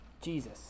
Jesus